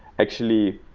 actually,